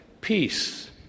Peace